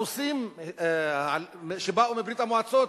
הרוסים שבאו מברית-המועצות,